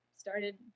started